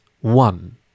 one